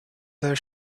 their